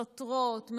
סותרות,